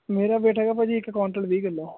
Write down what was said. ਮੇਰਾ ਵੇਟ ਹੈਗਾ ਭਾਜੀ ਇੱਕ ਕੁਇੰਟਲ ਵੀਹ ਕਿਲੋ